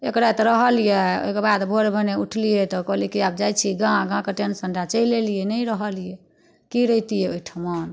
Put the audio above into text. एक राति रहलिए ओहिके बाद भोर भेने उठलिए तऽ कहलिए कि आब जाइ छी गाम गामके टेन्शन रहै चलि अएलिए नहि रहलिए कि रहितिए ओहिठाम